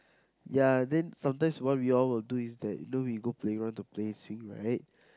ya then sometimes what we all will do is that you know we go playground to play swing right